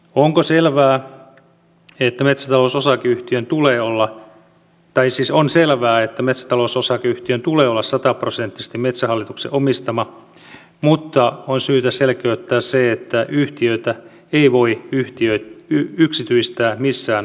onko selvää että metsätalous osakeyhtiön tulee olla ja taisi se on selvää että metsätalous osakeyhtiön tulee olla sataprosenttisesti metsähallituksen omistama mutta on syytä selkeyttää se että yhtiötä ei voi yksityistää missään olosuhteissa